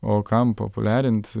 o kam populiarint